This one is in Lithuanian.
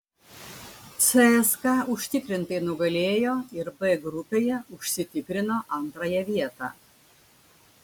cska užtikrintai nugalėjo ir b grupėje užsitikrino antrąją vietą